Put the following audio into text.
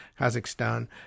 Kazakhstan